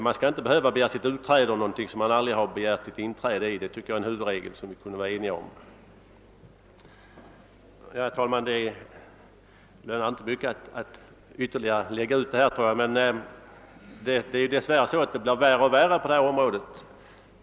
Man skall inte behöva begära sitt utträde ur någonting som man aldrig har begärt sitt inträde i; det är en huvudregel som vi borde kunna vara eniga om. Herr talman! Det lönar sig inte mycket att ytterligare lägga ut detta ämne. Beklagligtvis blir det dock värre och värre på detta område.